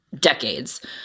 decades